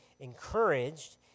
encouraged